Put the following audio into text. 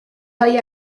های